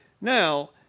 Now